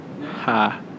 Ha